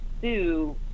sue